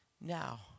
now